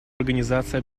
организации